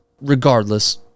regardless